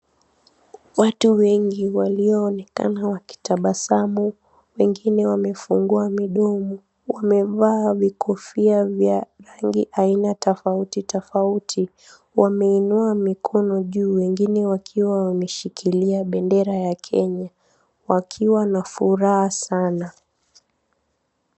Watu wengi walioanekana wakitabasamu wengine wamefungua midomo wamevaa vikofia vya rangi aina tafauti tafauti wameinua mikono juu wengine wakiwa wameshikilia bendera ya Kenya wakiwa na furaha sana.